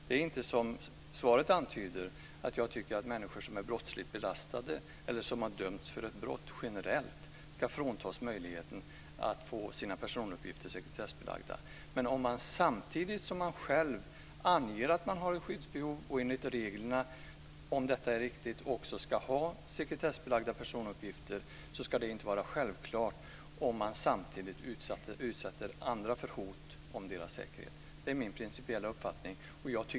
Det är inte så som svaret antyder - att jag tycker att människor som är brottsligt belastade eller som har dömts för ett brott generellt ska fråntas möjligheten att få sina personuppgifter sekretessbelagda. Men om man själv anger att man har ett skyddsbehov och enligt reglerna - och om detta är riktigt - också ska ha sekretessbelagda personuppgifter så ska detta inte vara självklart om man samtidigt utsätter andra för hot av deras säkerhet. Det är min principiella uppfattning.